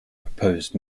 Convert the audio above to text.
proposed